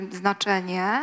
znaczenie